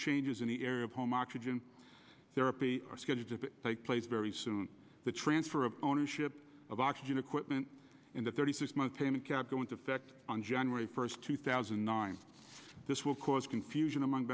changes in the area of home oxygen therapy are scheduled to take place very soon the transfer of ownership of oxygen equipment in the thirty six month payment cap go into effect on january first two thousand and nine this will cause confusion among